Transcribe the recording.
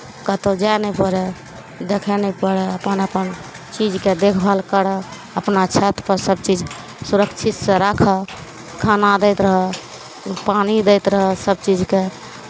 कतहु जाए नहि पड़य देखय नहि पड़य अपन अपन चीजके देखभाल करय अपना छतपर सभचीज सुरक्षितसँ राखह खाना दैत रहह पानि दैत रहह सभ चीजके